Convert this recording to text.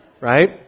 Right